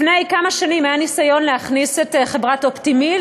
לפני כמה שנים היה ניסיון להכניס את חברת "אופטימיל",